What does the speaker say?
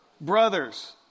Brothers